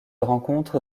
rencontre